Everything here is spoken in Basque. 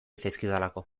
zaizkidalako